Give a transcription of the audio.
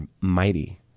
mighty